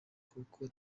kuko